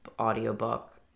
audiobook